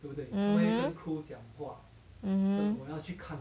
mmhmm mmhmm